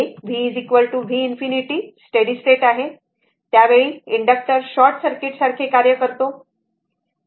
हे v v ∞ steady state आहे त्यावेळी इंडक्टर शॉर्टसर्किट सारखे कार्य करतो बरोबर